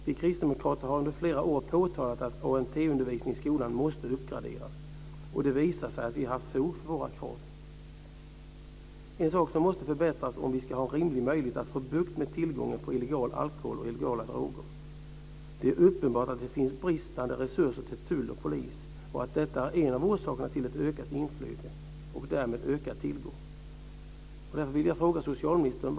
Vi kristdemokrater har under flera år påtalat att ANT-undervisningen i skolan måste uppgraderas, och det visar sig att vi har haft fog för våra krav. Vissa saker måste förbättras om vi ska ha en rimlig möjlighet att få bukt med tillgången på illegal alkohol och illegala droger. Det är uppenbart att tull och polis har bristande resurser och att detta är en av orsakerna till ett ökat inflöde och därmed ökad tillgång.